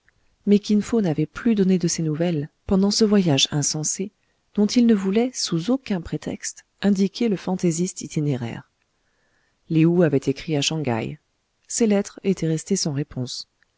mais kin fo n'avait plus donné de ses nouvelles pendant ce voyage insensé dont il ne voulait sous aucun prétexte indiquer le fantaisiste itinéraire lé ou avait écrit à shang haï ses lettres étaient restées sans réponse